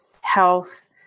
health